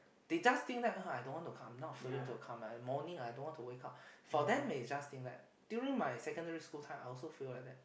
they just think that uh I don't wanna come not feeling to come morning I don't want to wake up for them may just think that during my secondary school time I also feel like that